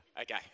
Okay